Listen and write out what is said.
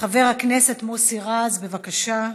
חבר הכנסת מוסי רז, בבקשה.